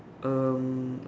um